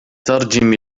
ترجم